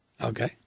Okay